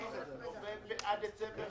מי שעד יולי מקבל מיד --- ינואר עד 31 דצמבר,